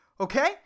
Okay